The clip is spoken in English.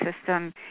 system